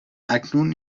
اکنون